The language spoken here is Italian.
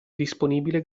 disponibile